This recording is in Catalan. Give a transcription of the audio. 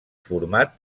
format